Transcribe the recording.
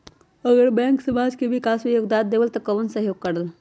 अगर बैंक समाज के विकास मे योगदान देबले त कबन सहयोग करल?